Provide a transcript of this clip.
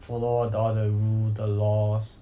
follow all the rule the laws